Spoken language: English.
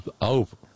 over